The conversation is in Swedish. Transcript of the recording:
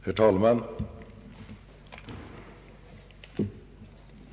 Herr talman!